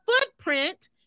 footprint